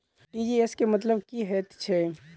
TGS केँ मतलब की हएत छै?